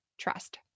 trust